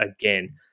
again